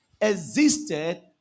existed